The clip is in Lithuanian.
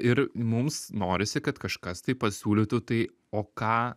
ir mums norisi kad kažkas tai pasiūlytų tai o ką